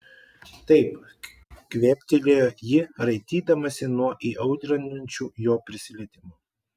taip kvėptelėjo ji raitydamasi nuo įaudrinančių jo prisilietimų